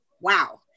Wow